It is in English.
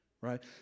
Right